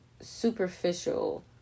superficial